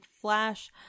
Flash